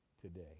today